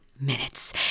minutes